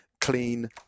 clean